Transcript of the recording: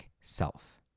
self